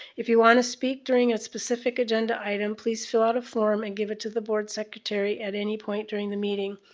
if you want to speak during a specific agenda item, please fill out a form and give it to the board secretary at any point during the meeting.